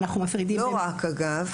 לא רק, אגב.